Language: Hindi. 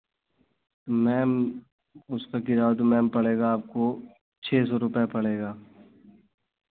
मैम उसका किराया तो मैम पड़ेगा आपको छह सौ रुपया पड़ेगा